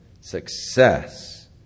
success